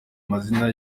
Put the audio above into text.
mazina